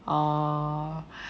err